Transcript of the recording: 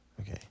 Okay